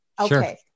Okay